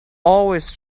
always